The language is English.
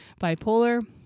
bipolar